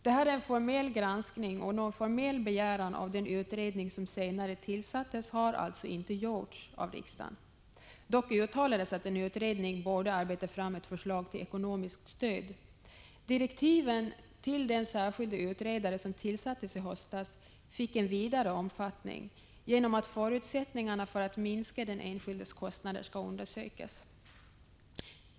Detta är en formell granskning, och någon Prot. 1985/86:146 formell begäran av den utredning som senare tillsattes har alltså inte gjortsav 21 maj 1986 omfattning, genom att förutsättningarna för att minska den enskildes kostnader skall undersökas.